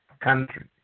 country